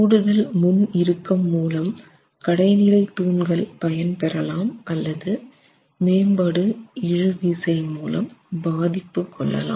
கூடுதல் முன் இறுக்கம் மூலம் கடைநிலை தூண்கள் பயன் பெறலாம் அல்லது மேம்பாடு இழுவிசை மூலம் பாதிப்பு கொள்ளலாம்